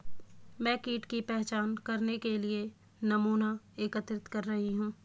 मैं कीट की पहचान करने के लिए नमूना एकत्रित कर रही हूँ